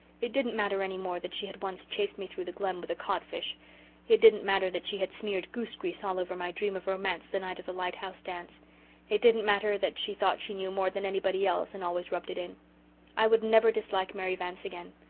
it didn't matter any more that she had once chased me through the glen with a codfish it didn't matter that she had smeared goose-grease all over my dream of romance the night of the lighthouse dance it didn't matter that she thought she knew more than anybody else and always rubbed it in i would never dislike mary vance again.